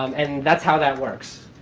um and that's how that works.